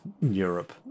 Europe